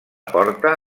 porta